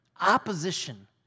opposition